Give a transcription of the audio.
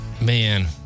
Man